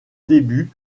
début